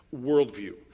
worldview